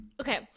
Okay